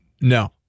No